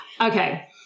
okay